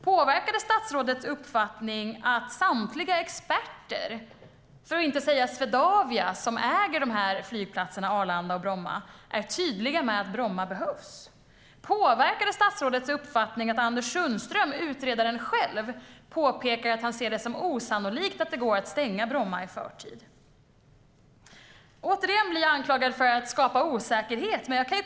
Påverkar det statsrådets uppfattning att samtliga experter, inte minst Swedavia som äger flygplatserna Arlanda och Bromma, är tydliga med att Bromma behövs? Påverkar det statsrådets uppfattning att Anders Sundström, utredaren själv, påpekar att han ser det som osannolikt att det går att stänga Bromma i förtid? Jag blir återigen anklagad för att skapa osäkerhet.